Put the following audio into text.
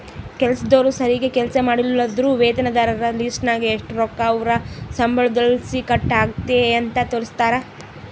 ಕೆಲಸ್ದೋರು ಸರೀಗ್ ಕೆಲ್ಸ ಮಾಡ್ಲಿಲ್ಲುದ್ರ ವೇತನದಾರರ ಲಿಸ್ಟ್ನಾಗ ಎಷು ರೊಕ್ಕ ಅವ್ರ್ ಸಂಬಳುದ್ಲಾಸಿ ಕಟ್ ಆಗೆತೆ ಅಂತ ತೋರಿಸ್ತಾರ